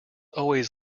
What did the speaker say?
always